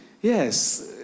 Yes